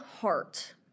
heart